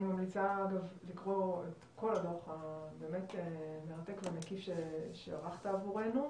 אני ממליצה לקרוא את כל הדוח המרתק והמקיף שערכת עבורנו.